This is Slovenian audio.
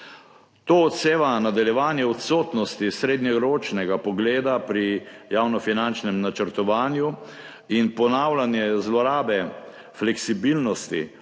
To odseva nadaljevanje odsotnosti srednjeročnega pogleda pri javnofinančnem načrtovanju in ponavljanje zlorabe fleksibilnosti,